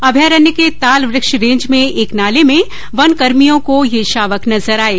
अभ्यारण के ताल वृक्ष रेंज में एक नाले में वन कर्मियों को ये शावक नजर आये